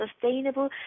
sustainable